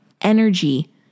energy